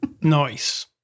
Nice